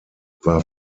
war